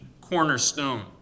cornerstone